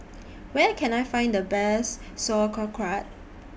Where Can I Find The Best Sauerkraut